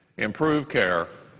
improve care,